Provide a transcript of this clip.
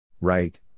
Right